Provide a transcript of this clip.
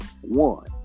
One